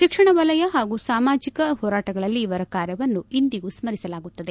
ಶಿಕ್ಷಣ ವಲಯ ಮತ್ತು ಸಾಮಾಜಕ ಹೋರಾಟಗಳಲ್ಲಿ ಇವರ ಕಾರ್ಯವನ್ನು ಇಂದಿಗೂ ಸ್ಪರಿಸಲಾಗುತ್ತದೆ